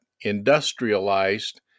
industrialized